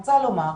רוצה לומר,